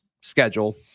schedule